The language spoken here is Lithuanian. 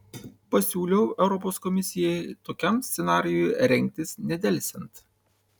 pasiūliau europos komisijai tokiam scenarijui rengtis nedelsiant